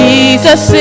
Jesus